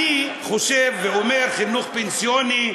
אני חושב ואומר, חיסכון פנסיוני,